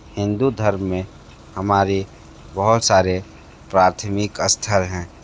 हिंदू धर्म में हमारी बहुत सारे प्राथमिक स्थल हैं